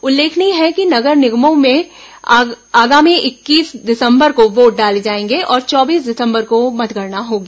उल्लेखनीय है कि नगरीय निकायों में आगामी इक्कीस दिसम्बर को वोट डाले जाएंगे और चौबीस दिसम्बर को मतगणना होगी